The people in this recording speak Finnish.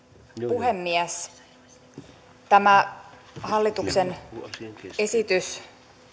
puhemies tämä hallituksen esitys